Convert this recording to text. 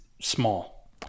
small